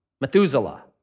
Methuselah